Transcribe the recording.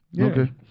Okay